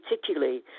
particularly